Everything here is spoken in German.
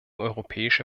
europäische